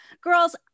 Girls